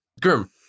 Grim